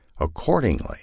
Accordingly